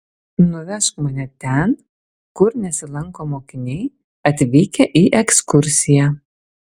nuvežk mane ten kur nesilanko mokiniai atvykę į ekskursiją